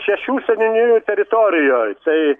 šešių seniūnijų teritorijoj tai